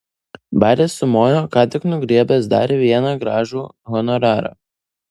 baris sumojo ką tik nugriebęs dar vieną gražų honorarą